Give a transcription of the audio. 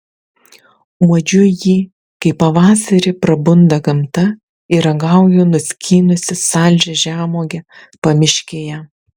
uodžiu jį kai pavasarį prabunda gamta ir ragauju nuskynusi saldžią žemuogę pamiškėje